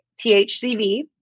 THCV